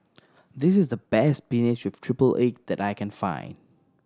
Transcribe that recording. this is the best spinach with triple egg that I can find